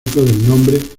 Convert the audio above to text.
nombre